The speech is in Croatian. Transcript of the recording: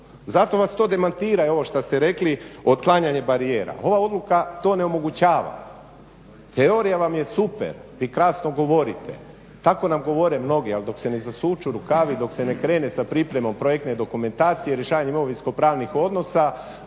Zato vas to demantira i ovo što ste rekli, otklanjanje barijera. Ova odluka to ne omogućava. Teorija vam je super, vi krasno govorite. Tako nam govore mnogi, ali dok se ne zasuču rukavi i dok se ne krene sa pripremom projektne dokumentacije, rješavanjem imovinsko-pravnih odnosa,